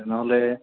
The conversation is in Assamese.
তেনেহ'লে